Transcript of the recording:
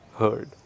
heard